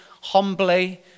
humbly